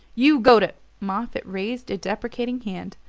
you go to moffatt raised a deprecating hand.